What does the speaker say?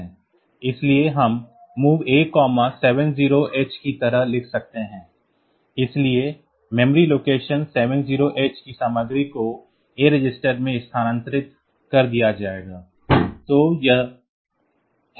इसलिए हम MOV A 70h की तरह लिख सकते हैं इसलिए मेमोरी लोकेशन 70h की सामग्री को A रजिस्टर में स्थानांतरित कर दिया जाएगा